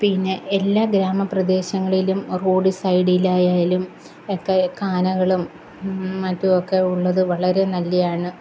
പിന്നെ എല്ലാ ഗ്രാമപ്രദേശങ്ങളിലും റോഡ്സൈഡിൽ ആയാലും ഒക്കെ കാനകളും മറ്റും ഒക്കെ ഉള്ളത് വളരെ നല്ലതാണ്